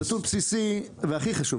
נתון בסיסי והכי חשוב,